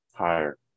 higher